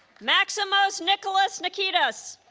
maximos nicholas nikitas